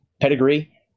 pedigree